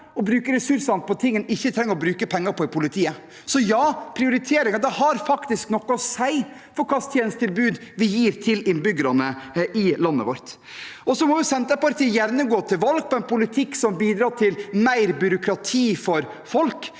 og bruke ressursene på ting en ikke trenger å bruke penger på i politiet. Så ja, prioriteringer har faktisk noe å si for hva slags tjenestetilbud vi gir til innbyggerne i landet vårt. Så må Senterpartiet gjerne gå til valg på en politikk som bidrar til mer byråkrati for folk.